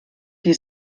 die